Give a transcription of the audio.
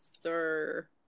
sir